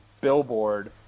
billboard